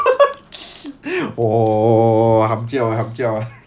orh hup jiao hup jiao